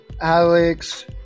Alex